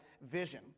vision